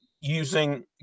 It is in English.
using